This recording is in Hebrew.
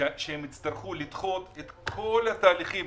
שהם יצטרכו לדחות את כל התהליכים,